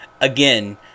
Again